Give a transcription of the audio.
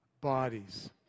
bodies